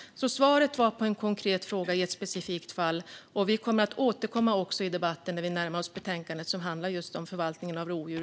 Svaret var på en konkret fråga i ett specifikt fall. Vi kommer att återkomma i debatten när vi närmar oss betänkandet som handlar specifikt om förvaltningen av rovdjur.